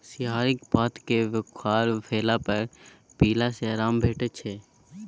सिंहारिक पात केँ बोखार भेला पर पीला सँ आराम भेटै छै